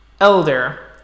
Elder